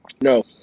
No